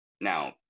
Now